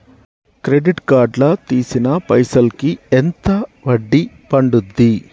Credit card లా తీసిన పైసల్ కి ఎంత వడ్డీ పండుద్ధి?